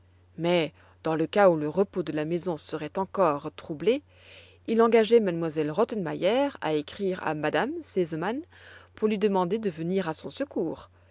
mais dans le cas où le repos de la maison serait encore troublé il engageait m elle rottenmeier à écrire à m me sesemann pour lui demander de venir à son secours